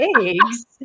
eggs